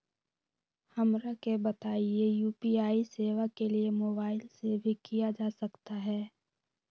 हमरा के बताइए यू.पी.आई सेवा के लिए मोबाइल से भी किया जा सकता है?